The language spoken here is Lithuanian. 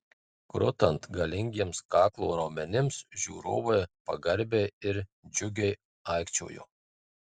krutant galingiems kaklo raumenims žiūrovai pagarbiai ir džiugiai aikčiojo